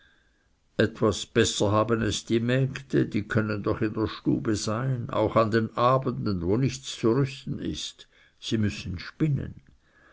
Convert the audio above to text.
etwas besser haben es die mägde die können doch in der stube sein auch an den abenden wo nichts zu rüsten ist sie müssen spinnen